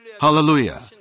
Hallelujah